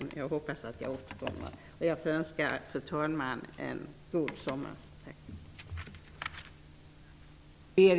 Jag hoppas att jag återkommer. Jag önskar fru talman en god sommar.